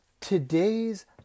today's